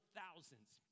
thousands